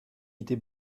était